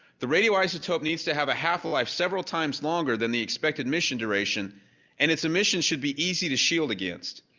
the radioisotope needs to have a half-life several times longer than the expected mission duration and its emissions should be easy to shield against.